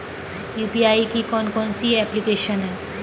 UPI की कौन कौन सी एप्लिकेशन हैं?